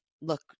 look